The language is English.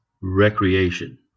recreation